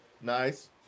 Nice